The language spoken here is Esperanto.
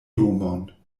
domon